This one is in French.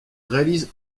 réalise